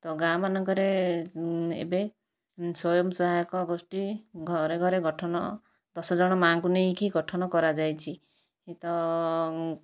ତ ଗାଁମାନଙ୍କରେ ଏବେ ସ୍ୱୟଂସହାୟକ ଗୋଷ୍ଠୀ ଘରେ ଘରେ ଗଠନ ଦଶଜଣ ମାଆଙ୍କୁ ନେଇକି ଗଠନ କରାଯାଇଛି ତ